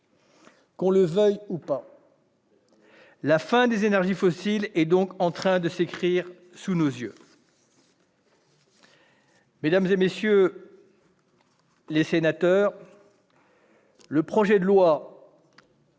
Qu'on le veuille ou non, la fin des énergies fossiles est en train de s'écrire sous nos yeux. Mesdames, messieurs les sénateurs, le projet de loi